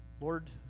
lord